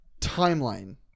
Timeline